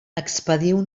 expediu